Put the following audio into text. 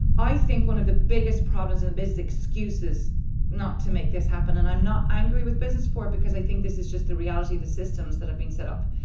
i think one of the biggest problems and business excuses not to make this happen and i'm not angry with business for it because i think this is just the reality of the systems that have been set up,